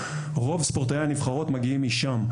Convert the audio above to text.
רוב ספורטאי הנבחרות מגיעים משם.